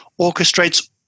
orchestrates